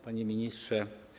Panie Ministrze!